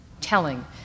telling